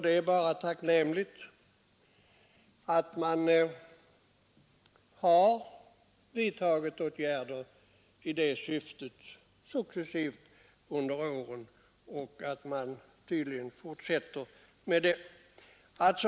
Det är bara tacknämligt att man har vidtagit åtgärder i det syftet successivt under åren och att man tydligen fortsätter med det.